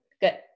Good